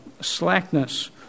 slackness